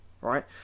right